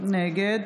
נגד